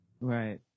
right